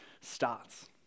starts